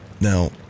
Now